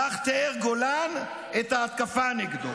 כך תיאר גולן את ההתקפה נגדו: